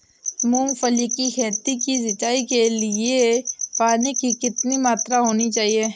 मूंगफली की खेती की सिंचाई के लिए पानी की कितनी मात्रा होनी चाहिए?